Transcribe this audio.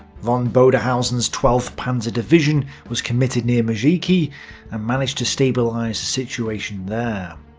von bodenhausen's twelfth panzer division was committed near mazeikiai and managed to stabilize the situation there.